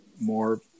more